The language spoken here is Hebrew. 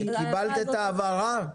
קיבלת את ההבהרה?